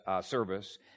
service